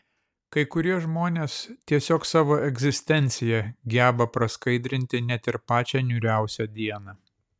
kai kurie žmonės tiesiog savo egzistencija geba praskaidrinti net ir pačią niūriausią dieną